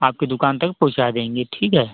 आपके दुकान तक पहुँचा देंगे ठीक है